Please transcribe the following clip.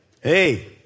hey